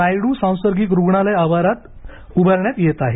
नायड्र सांसर्गिक रुग्णालय आवारात उभारण्यात येणार आहे